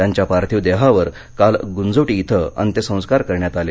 त्यांच्या पार्थिव देहावर काल गुंजोटी इथं अंत्यसंकार करण्यात आले